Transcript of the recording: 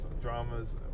dramas